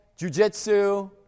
jujitsu